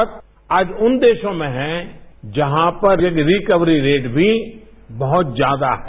भारत आज उन देशों में है जहां पर रिकवरी रेट भी बहुत ज्यादा है